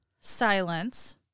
Silence